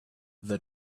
the